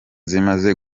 zimaze